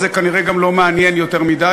וזה כנראה גם לא מעניין יותר מדי,